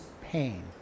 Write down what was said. pain